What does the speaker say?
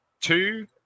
Two